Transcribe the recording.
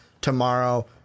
tomorrow